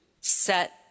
set